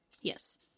yes